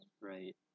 Right